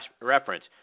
reference